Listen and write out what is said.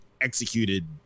executed